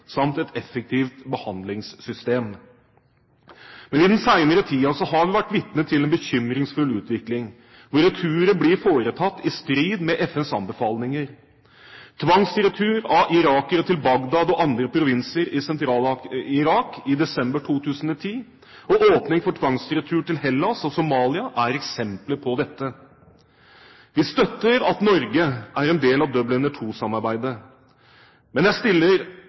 samt et effektivt behandlingssystem. Men i den senere tiden har vi vært vitne til en bekymringsfull utvikling, hvor returer blir foretatt i strid med FNs anbefalinger. Tvangsretur av irakere til Bagdad og andre provinser i Sentral-Irak i desember 2010 og åpning for tvangsretur til Hellas og Somalia er eksempler på dette. Vi støtter at Norge er en del av Dublin II-samarbeidet. Men jeg stiller